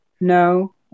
No